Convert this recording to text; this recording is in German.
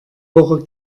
woche